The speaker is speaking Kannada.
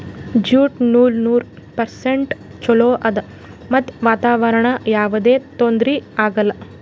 ಜ್ಯೂಟ್ ನೂಲ್ ನೂರ್ ಪರ್ಸೆಂಟ್ ಚೊಲೋ ಆದ್ ಮತ್ತ್ ವಾತಾವರಣ್ಕ್ ಯಾವದೇ ತೊಂದ್ರಿ ಆಗಲ್ಲ